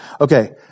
Okay